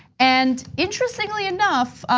and interestingly enough,